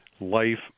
life